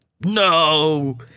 no